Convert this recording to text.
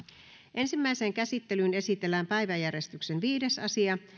ensimmäiseen käsittelyyn esitellään päiväjärjestyksen viides asia